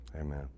Amen